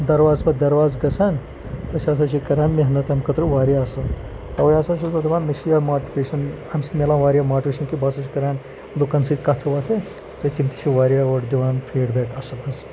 دَرواز پَتہٕ دَرواز گژھان أسۍ ہَسا چھِ کَران محنت تَمہِ خٲطرٕ واریاہ اَصٕل تَوَے ہَسا چھُس بہٕ دَپان مےٚ چھِ یہِ ماٹویشَن اَمہِ سۭتۍ مِلان واریاہ ماٹویشَن کہِ بہٕ ہَسا چھُس کَران لُکَن سۭتۍ کَتھٕ وَتھٕ تہٕ تِم تہِ چھِ واریاہ ووٹ دِوان فیٖڈبیک اَصٕل اَصٕل